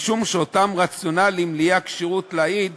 משום שאותם רציונלים לאי-כשרות להעיד